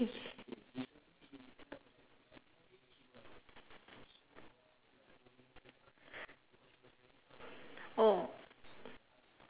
oh